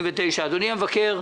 אדוני המבקר,